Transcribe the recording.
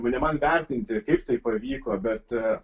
ne man vertinti kaip tai pavyko bet